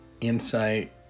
insight